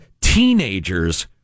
teenagers